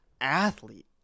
athlete